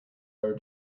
our